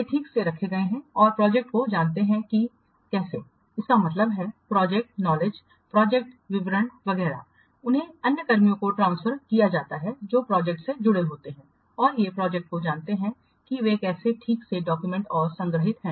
वे ठीक से रखे गए हैं और प्रोजेक्ट को जानते हैं कि कैसे इसका मतलब है प्रोजेक्ट ज्ञान प्रोजेक्ट विवरण वगैरह हैं उन्हें अन्य कर्मियों को ट्रांसफर किया जाता है जो प्रोजेक्ट से जुड़े होते हैं और ये प्रोजेक्ट को जानते हैं कि वे कैसे ठीक से डॉक्युमेंटेड और संग्रहीत हैं